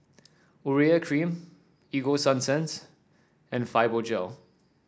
Urea Cream Ego Sunsense and Fibogel